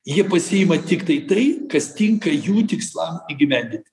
jie pasiima tiktai tai kas tinka jų tikslam įgyvendinti